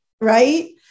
right